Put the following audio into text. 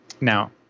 now